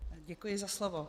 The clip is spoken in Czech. Děkuji za slovo.